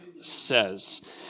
says